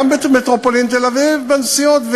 גם במטרופולין תל-אביב בנסיעות,